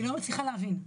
אני לא מצליחה להבין.